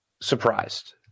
surprised